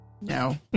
No